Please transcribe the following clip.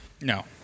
No